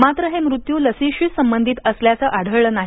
मात्र हे मृत्यू लसीशी संबंधित असल्याचं आढळलं नाही